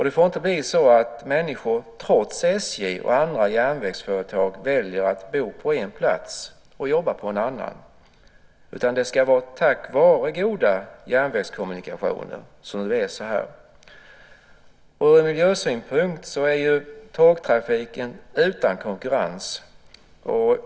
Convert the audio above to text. Det får inte bli så att människor trots SJ och andra järnvägsföretag väljer att bo på en plats och jobba på en annan, utan det ska vara tack vare goda järnvägskommunikationer som det är så. Ur miljösynpunkt är tågtrafiken utan konkurrens.